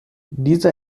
diese